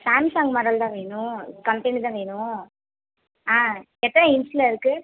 Samsung model தான் வேணும் company தான் வேணும் ஆ எத்தனை இன்ச்சில இருக்குது